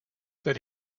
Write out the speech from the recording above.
that